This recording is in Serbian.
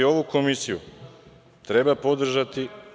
Ovu komisiju treba podržati.